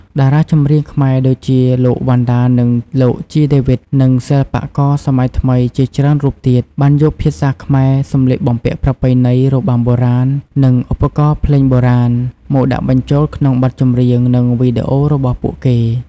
តារាចម្រៀងខ្មែរដូចជា លោក វណ្ណដា និង លោក ជី ដេវីត និងសិល្បករសម័យថ្មីជាច្រើនរូបទៀត បានយកភាសាខ្មែរ សម្លៀកបំពាក់ប្រពៃណី របាំបុរាណ និងឧបករណ៍ភ្លេងបុរាណ មកដាក់បញ្ចូលក្នុងបទចម្រៀង និងវីដេអូរបស់ពួកគេ។